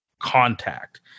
contact